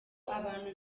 abantu